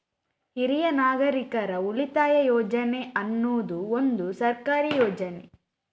ಹಿರಿಯ ನಾಗರಿಕರ ಉಳಿತಾಯ ಯೋಜನೆ ಅನ್ನುದು ಒಂದು ಸರ್ಕಾರಿ ಯೋಜನೆ